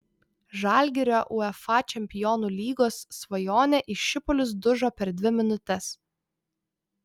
žalgirio uefa čempionų lygos svajonė į šipulius dužo per dvi minutes